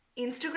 Instagram